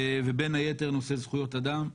ובין היתר נושא זכויות אדם.